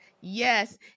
Yes